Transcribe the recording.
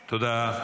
תודה.